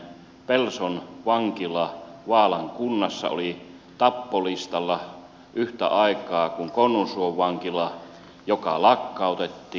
pelson vankila vaalan kunnassa oli tappolistalla yhtä aikaa kuin konnunsuon vankila joka lakkautettiin